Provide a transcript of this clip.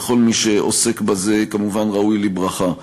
וכל מי שעוסק בזה ראוי לברכה.